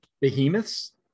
behemoths